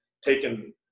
taken